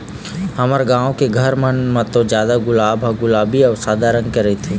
हमर गाँव के घर मन म तो जादा गुलाब ह गुलाबी अउ सादा रंग के रहिथे